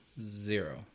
zero